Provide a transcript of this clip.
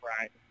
Right